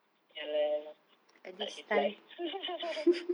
ya lah ya lah such is life